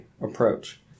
approach